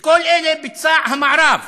את כל אלה ביצע המערב,